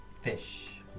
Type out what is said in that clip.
fish